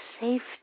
safety